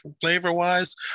flavor-wise